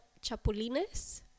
chapulines